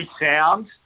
sound